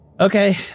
okay